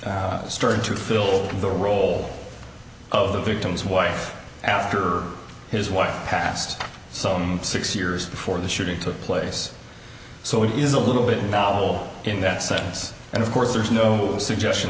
started to fill the role of the victim's wife after his wife passed so six years before the shooting took place so it is a little bit novel in that setting and of course there is no suggestion